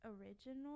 original